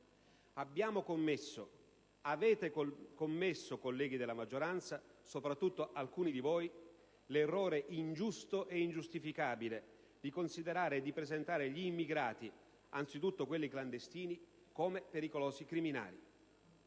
avete commesso, colleghi della maggioranza, soprattutto alcuni di voi, l'errore ingiusto e ingiustificabile di considerare e presentare gli immigrati, anzitutto quelli clandestini, come pericolosi criminali.